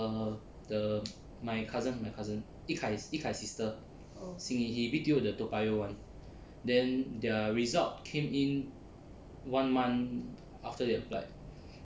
err the my cousin my cousin yi kai yi kai's sister xin yi he B_T_O the toa payoh [one] then their result came in one month after they applied